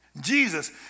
Jesus